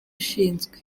ushinzwe